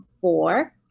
four